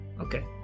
Okay